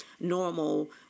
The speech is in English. normal